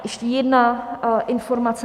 Ještě jedna informace.